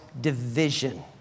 division